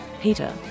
Peter